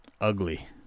ugly